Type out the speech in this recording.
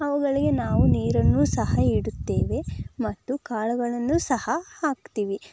ಅವುಗಳಿಗೆ ನಾವು ನೀರನ್ನೂ ಸಹ ಇಡುತ್ತೇವೆ ಮತ್ತು ಕಾಳುಗಳನ್ನೂ ಸಹ ಹಾಕ್ತೀವಿ